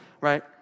right